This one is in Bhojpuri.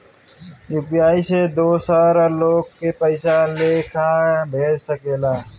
यू.पी.आई से दोसर लोग के पइसा के लेखा भेज सकेला?